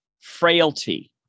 frailty